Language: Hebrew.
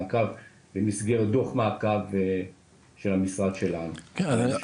מעקב במסגרת דוח מעקב של המשרד שלנו בהמשך.